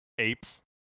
Apes